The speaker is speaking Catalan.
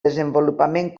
desenvolupament